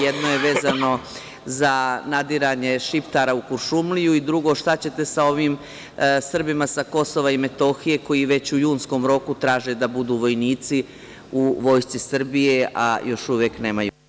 Jedno je vezano za nadiranje Šiptara u Kuršumliju i drugo – šta ćete sa ovim Srbima sa KiM koji već u junskom roku traže da budu vojnici u Vojsci Srbije, a još uvek nemaju…